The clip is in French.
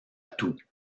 tout